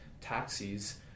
taxis